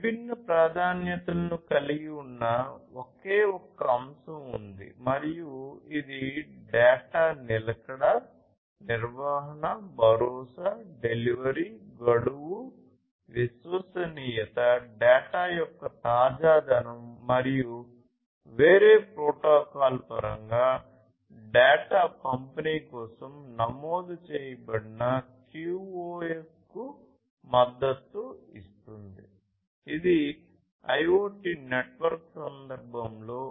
విభిన్న ప్రాధాన్యతలను కలిగి ఉన్న ఒకే ఒక్క అంశం ఉంది మరియు ఇది డేటా నిలకడ నిర్వహణ భరోసా డెలివరీ గడువు విశ్వసనీయత డేటా యొక్క తాజాదనం మరియు వేరే ప్రోటోకాల్ పరంగా డేటా పంపిణీ కోసం నమోదు చేయబడిన QoS కు మద్దతు ఇస్తుంది అది IoT నెట్వర్క్ సందర్భంలో